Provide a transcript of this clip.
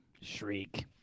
Shriek